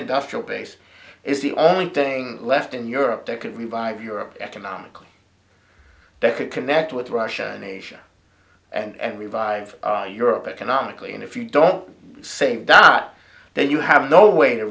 industrial base is the only thing left in europe that could revive europe economically that could connect with russia in asia and revive our europe economically and if you don't say that then you have no way to